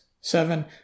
seven